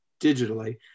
digitally